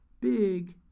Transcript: big